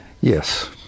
Yes